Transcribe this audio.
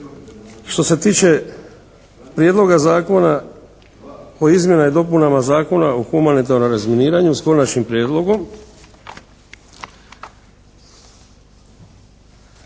Što se tiče Prijedloga Zakona o izmjenama i dopunama Zakona o humanitarnom razminiranju sa Konačnim prijedlogom